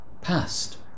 past